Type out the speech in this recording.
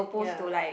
ya